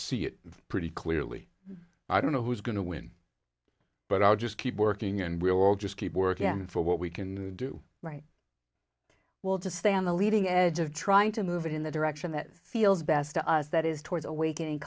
see it pretty clearly i don't know who's going to win but i'll just keep working and we'll all just keep working for what we can do right well to stay on the leading edge of trying to move in the direction that feels best to us that is towards awakening